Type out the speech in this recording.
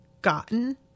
gotten